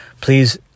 please